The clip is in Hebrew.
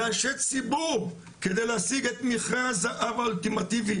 ואנשי ציבור כדי להשיג את מכרה הזהב האולטימטיבי